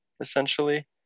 essentially